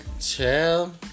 Chill